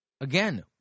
Again